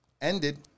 ended